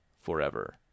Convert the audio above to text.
forever